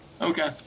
Okay